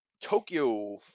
tokyo